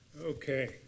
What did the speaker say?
Okay